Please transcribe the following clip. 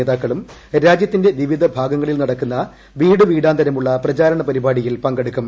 നേതാക്കളും രാജ്യത്തിന്റെ വിവിധ ഭാഗങ്ങളിൽ നടക്കുന്ന വീടു വീടാന്തരമുള്ള പ്രചാരണ പരിപാടിയിൽ പങ്കെടുക്കും